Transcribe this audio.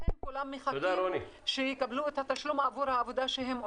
לכן כולם מחכים לקבל את התשלום עבור העבודה שהם עושים.